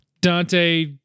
dante